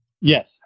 Yes